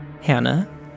Hannah